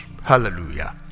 Hallelujah